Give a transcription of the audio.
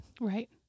Right